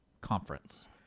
conference